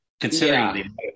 Considering